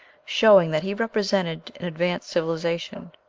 showing that he represented an advanced civilization.